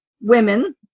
women